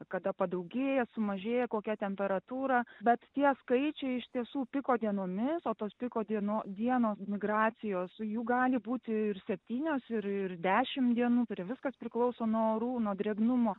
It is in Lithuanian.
kada padaugėja sumažėja kokia temperatūra bet tie skaičiai iš tiesų piko dienomis o tos piko dieno dienos migracijos jų gali būti ir septynios ir ir dešim dienų ir viskas priklauso nuo orų nuo drėgnumo